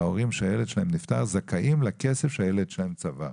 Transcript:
ההורים שהילד שלהם נפטר זכאים לכסף שהילד שלהם צבר.